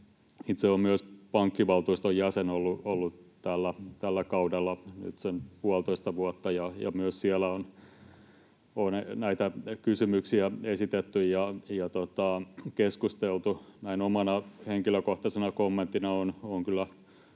Itse olen ollut myös pankkivaltuuston jäsen tällä kaudella nyt sen puolitoista vuotta, ja myös siellä on näitä kysymyksiä esitetty ja on keskusteltu. Näin omana henkilökohtaisena kommenttina: olen myös